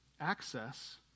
access